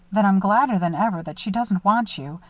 then i'm gladder than ever that she doesn't want you.